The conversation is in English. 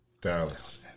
Dallas